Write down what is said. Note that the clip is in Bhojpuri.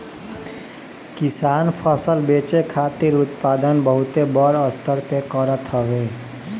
किसान फसल बेचे खातिर उत्पादन बहुते बड़ स्तर पे करत हवे